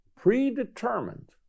predetermined